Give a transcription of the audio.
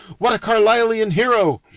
what a carlislean hero!